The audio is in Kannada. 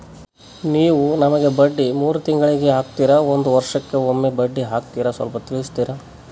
ನೀವು ನಮಗೆ ಬಡ್ಡಿ ಮೂರು ತಿಂಗಳಿಗೆ ಹಾಕ್ತಿರಾ, ಒಂದ್ ವರ್ಷಕ್ಕೆ ಒಮ್ಮೆ ಬಡ್ಡಿ ಹಾಕ್ತಿರಾ ಸ್ವಲ್ಪ ತಿಳಿಸ್ತೀರ?